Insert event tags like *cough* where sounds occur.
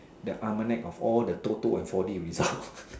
the of all the ToTo and four D result *laughs*